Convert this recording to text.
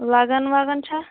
لَگَان وَگَان چھا